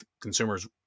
consumers